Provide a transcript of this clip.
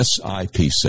SIPC